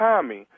Tommy